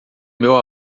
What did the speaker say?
meu